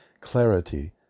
clarity